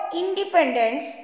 independence